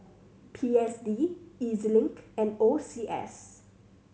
P S D E Z Link and O C S